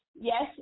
yes